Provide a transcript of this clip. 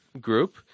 group